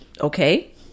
okay